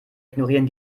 ignorieren